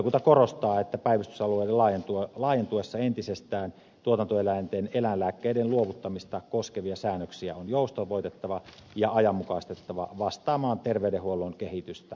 valiokunta korostaa että päivystysalueiden laajentuessa entisestään tuotantoeläinten eläinlääkkeiden luovuttamista koskevia säännöksiä on joustavoitettava ja ajanmukaistettava vastaamaan terveydenhuollon kehitystä